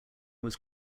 was